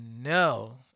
no